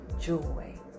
joy